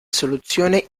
soluzione